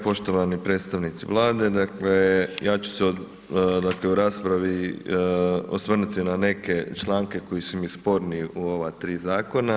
Poštovani predstavnici Vlade, dakle ja ću se u raspravi osvrnuti na neke članke koji su mi sporni u ova tri zakona.